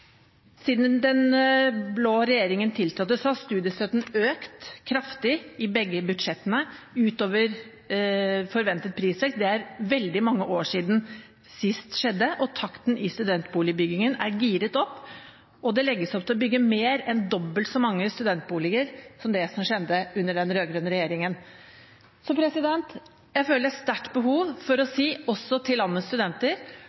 Siden den blå regjeringen tiltrådte, har studiestøtten økt kraftig i begge budsjettene – utover forventet prisvekst. Det er veldig mange år siden det sist skjedde, og takten i studentboligbyggingen er giret opp. Det legges opp til å bygge mer enn dobbelt så mange studentboliger enn det som skjedde under den rød-grønne regjeringen. Så jeg føler sterkt behov for å si også til landets studenter